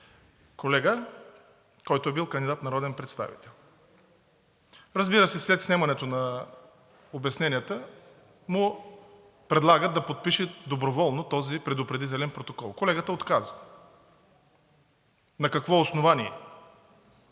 колега, който е бил кандидат за народен представител. Разбира се, след снемането на обясненията му предлагат да подпише доброволно този предупредителен протокол. Колегата отказва. На какво основание?